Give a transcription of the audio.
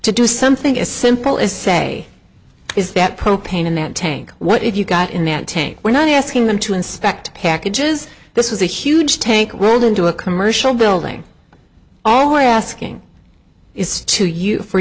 to do something as simple as say is that propane in that tank what if you got in that tank we're not asking them to inspect packages this was a huge tank rolled into a commercial building all my asking is to you for